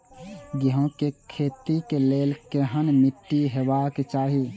गेहूं के खेतीक लेल केहन मीट्टी हेबाक चाही?